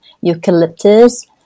eucalyptus